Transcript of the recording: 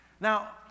Now